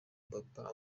papa